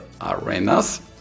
Arenas